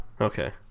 Okay